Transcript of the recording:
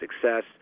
success